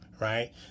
right